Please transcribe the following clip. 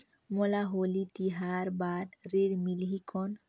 मोला होली तिहार बार ऋण मिलही कौन?